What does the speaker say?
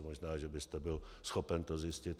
Možná že byste byl schopen to zjistit.